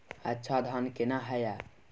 अच्छा धान केना हैय?